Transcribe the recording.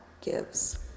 gives